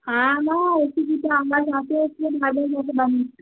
हाँ न इसलिए जानना चाहते हैं कि हमारे मोटर बंद